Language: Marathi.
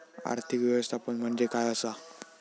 आर्थिक व्यवस्थापन म्हणजे काय असा?